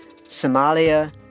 Somalia